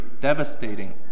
devastating